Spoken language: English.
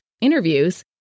interviews